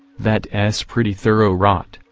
that s pretty thorough rot,